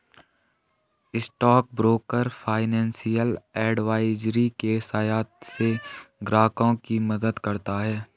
stock broker financial advisory के सहायता से ग्राहकों की मदद करता है